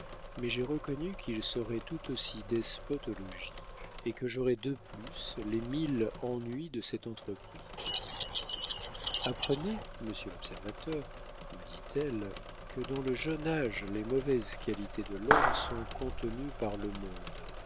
mais j'ai reconnu qu'il serait tout aussi despote au logis et que j'aurais de plus les mille ennuis de cette entreprise apprenez monsieur l'observateur me dit-elle que dans le jeune âge les mauvaises qualités de l'homme sont contenues par le monde